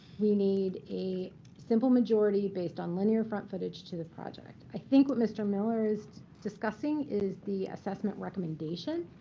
we need a simple majority based on linear front footage to the project. i think what mr. miller is discussing is the assessment recommendation,